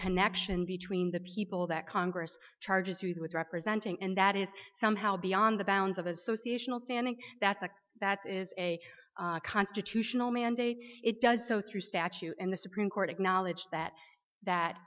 connection between the people that congress charges who is representing and that is somehow beyond the bounds of association standing that's a that is a constitutional mandate it does so through statute and the supreme court acknowledged that that